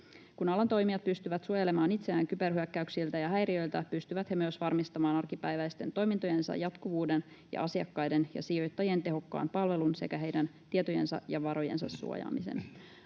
Kun alan toimijat pystyvät suojelemaan itseään kyberhyökkäyksiltä ja -häiriöiltä, pystyvät he myös varmistamaan arkipäiväisten toimintojensa jatkuvuuden ja asiakkaiden ja sijoittajien tehokkaan palvelun sekä heidän tietojensa ja varojensa suojaamisen.